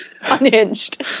Unhinged